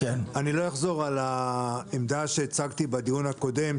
אני לא אחזור על העמדה שהצגתי בדיון הקודם,